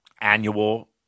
annual